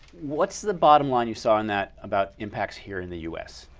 what's the bottom line you saw in that about impacts here in the us?